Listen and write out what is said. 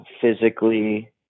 physically